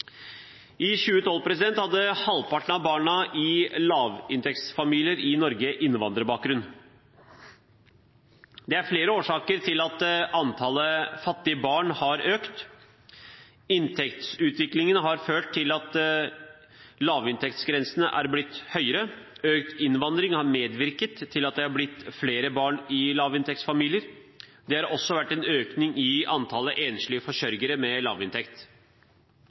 I 2012 hadde halvparten av barna i lavinntektsfamilier i Norge innvandrerbakgrunn. Det er flere årsaker til at antallet fattige barn har økt. Inntektsutviklingen har ført til at lavinntektsgrensen er blitt høyere. Økt innvandring har medvirket til at det har blitt flere barn i lavinntektsfamilier. Det har også vært en økning i antallet enslige forsørgere med lavinntekt.